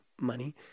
money